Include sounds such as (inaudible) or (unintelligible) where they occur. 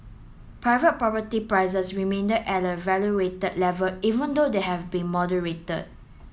private property prices remain (unintelligible) at an elevated level even though they have been moderated